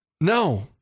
No